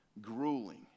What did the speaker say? grueling